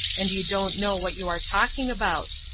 and you don't know what you are talking about.